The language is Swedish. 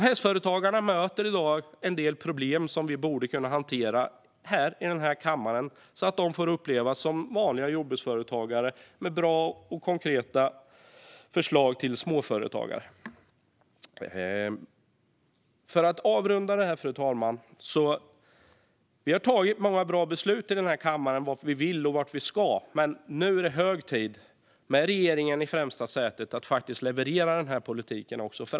Hästföretagarna möter i dag en del problem som vi borde kunna hantera här i den här kammaren så att de får uppfattas som vanliga jordbruksföretagare och att vi kan komma med bra och konkreta förslag till småföretagare. För att avrunda det här, fru talman, vill jag säga att vi har tagit många bra beslut i den här kammaren när det gäller vad vi vill och vart vi ska. Men nu är det hög tid att, med regeringen i främsta sätet, faktiskt leverera den här politiken.